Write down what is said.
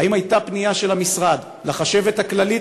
האם הייתה פנייה של המשרד לחשבת הכללית